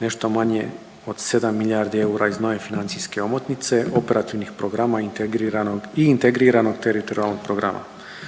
nešto manje od 7 milijardi eura iz nove financijske omotnice operativnih programa i integriranog teritorijalnog programa.